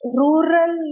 rural